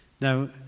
Now